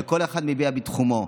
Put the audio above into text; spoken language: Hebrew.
וכל אחד מביע בתחומו.